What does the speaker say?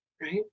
right